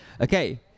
Okay